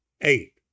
eight